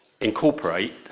incorporate